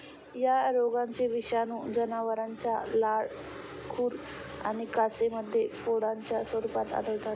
या रोगाचे विषाणू जनावरांच्या लाळ, खुर आणि कासेमध्ये फोडांच्या स्वरूपात आढळतात